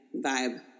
vibe